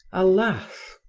alas!